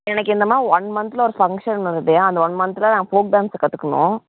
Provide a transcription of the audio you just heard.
எனக்கு இந்தமாதிரி ஒன் மந்த்தில் ஒரு ஃபங்க்ஷன் வருது அந்த ஒன் மந்த்தில் நான் ஃபோக் டான்ஸ்ஸை கற்றுக்கணும்